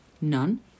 none